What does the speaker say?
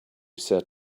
said